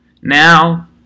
Now